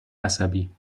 عصبی